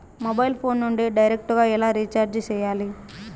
mobile phone నుండి direct గా ఎలా రీచార్జి సేయాలి